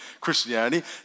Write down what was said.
Christianity